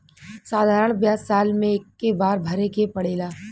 साधारण ब्याज साल मे एक्के बार भरे के पड़ेला